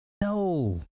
no